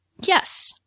Yes